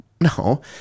No